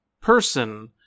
person